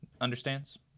understands